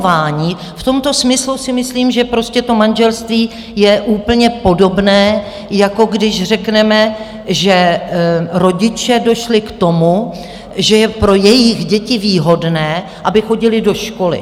V tomto smyslu si myslím, že manželství je úplně podobné, jako když řekneme, že rodiče došli k tomu, že je pro jejich děti výhodné, aby chodily do školy.